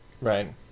Right